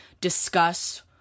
discuss